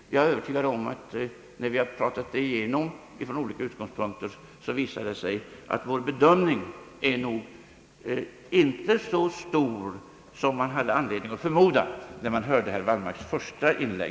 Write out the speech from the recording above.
Jag är övertygad om att när vi diskuterat igenom problemet från olika utgångspunkter, så kommer det att visa sig att skillnaden i bedömning inte är så stor som man hade anledning att förmoda när man hörde herr Wallmarks första inlägg.